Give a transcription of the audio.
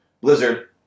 Blizzard